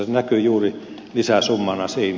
se näkyy juuri lisäsummana siinä